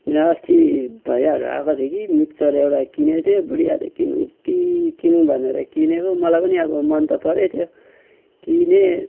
यहाँ अस्ति भैयाहरू आएको थियो कि मिक्चर एउटा किनेको थिएँ बुढियाले किनौँ कि किनौँ भनेर किनेको मलाई पनि अब मन त परेको थियो किनेँ